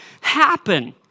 happen